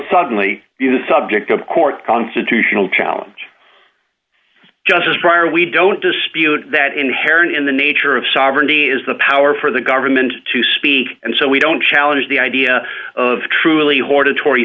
suddenly be the subject of court constitutional challenge justice pryor we don't dispute that inherent in the nature of sovereignty is the power for the government to speak and so we don't challenge the idea of truly ho